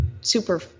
super